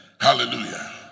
Hallelujah